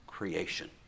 creation